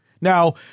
Now